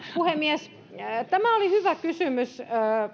puhemies tämä oli hyvä kysymys